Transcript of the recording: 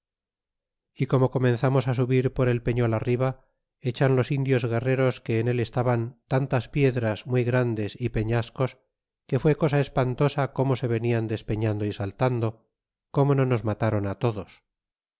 y como comenzamos subir por el pefiol arriba echan los indios guerreros que en el estaban tantas piedras muy grandes y peñascos que fué cosa espantosa como se venian despeñando y saltando como no nos matron todos